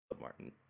Martin